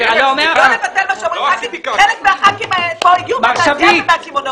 אנחנו מכירים את התעשייה ויודעים מה הולך